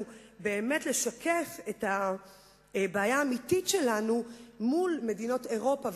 באמת לשקף את הבעיה האמיתית שלנו מול מדינות אירופה,